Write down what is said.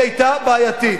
היא היתה בעייתית.